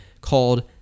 called